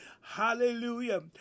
Hallelujah